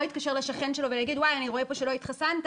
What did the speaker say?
לא יתקשר לשכן שלו ויגיד: אני רואה פה שלא התחסנת,